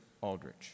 Aldrich